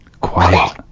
Quiet